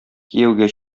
кияүгә